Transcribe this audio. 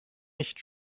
nicht